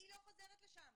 היא לא חוזרת לשם.